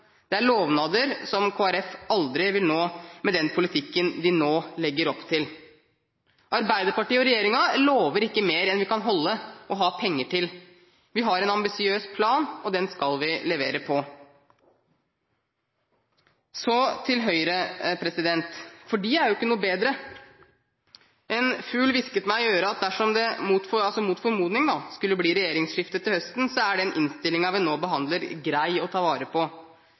Det er lovnader som Kristelig Folkeparti aldri vil innfri, med den politikken de legger opp til. Arbeiderpartiet og regjeringen lover ikke mer enn vi kan holde, og har penger til. Vi har en ambisiøs plan, og den skal vi levere på. Så til Høyre – de er ikke noe bedre. En fugl hvisket meg i øret at dersom det mot formodning skulle bli regjeringsskifte til høsten, er den innstillingen vi nå behandler, grei å ta vare på.